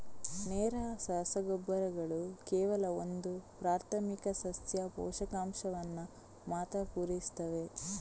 ನೇರ ರಸಗೊಬ್ಬರಗಳು ಕೇವಲ ಒಂದು ಪ್ರಾಥಮಿಕ ಸಸ್ಯ ಪೋಷಕಾಂಶವನ್ನ ಮಾತ್ರ ಪೂರೈಸ್ತವೆ